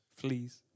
Please